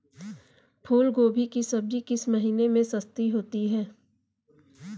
फूल गोभी की सब्जी किस महीने में सस्ती होती है?